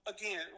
again